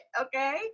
okay